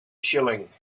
shilling